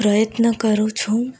પ્રયત્ન કરું છું